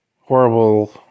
horrible